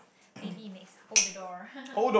maybe makes hold the door